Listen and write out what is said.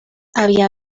había